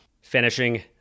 finishing